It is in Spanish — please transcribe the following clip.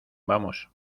vamos